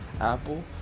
Apple